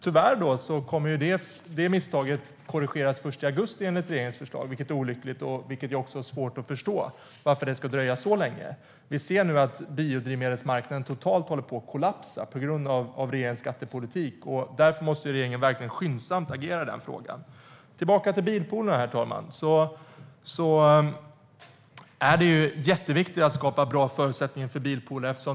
Tyvärr kommer det misstaget att korrigeras först i augusti enligt regeringens förslag, vilket är olyckligt. Det är också svårt att förstå varför det ska dröja så länge. Vi ser nu att biodrivmedelsmarknaden totalt håller på att kollapsa på grund av regeringens skattepolitik. Därför måste regeringen verkligen skyndsamt agera i frågan. Herr talman! Jag går tillbaka till bilpoolerna. Det är jätteviktigt att skapa bra förutsättningar för bilpooler.